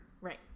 Right